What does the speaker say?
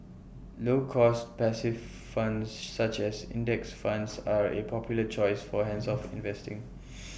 low cost passive funds such as index funds are A popular choice for hands off investing